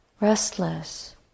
Restless